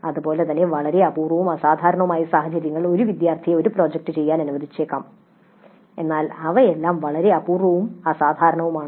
അതുപോലെ വളരെ അപൂർവവും അസാധാരണവുമായ സാഹചര്യങ്ങളിൽ ഒരു വിദ്യാർത്ഥിയെ ഒരു പ്രോജക്റ്റ് ചെയ്യാൻ അനുവദിച്ചേക്കാം എന്നാൽ ഇവയെല്ലാം വളരെ അപൂർവവും അസാധാരണവുമാണ്